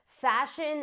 fashion